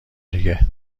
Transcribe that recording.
دیگه